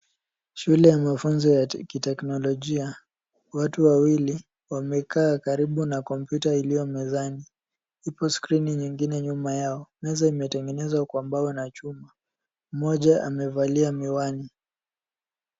Shule ya mafunzo ya kiteknolojia. Watu wawili wamekaa karibu na kompyuta iliyo mezani. Ipo skirini nyingine nyuma yao. Meza imetengenezwa kwa mbao na chuma. Mmoja amevalia miwani.